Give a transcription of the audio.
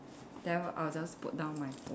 then I'll just put down my phone